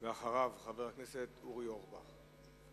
אחריו, חבר הכנסת אורי אורבך.